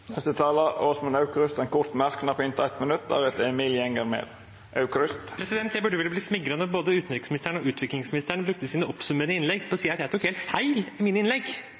Åsmund Aukrust har hatt ordet to gonger tidlegare og får ordet til ein kort merknad, avgrensa til 1 minutt. Jeg burde vel bli smigret når både utenriksministeren og utviklingsministeren brukte sine oppsummerende innlegg på å si at jeg tok helt feil i mine innlegg.